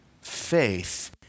faith